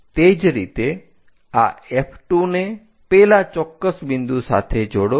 તે જ રીતે આ F2 ને પેલા ચોક્કસ બિંદુ સાથે જોડો